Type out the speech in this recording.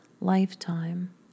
lifetime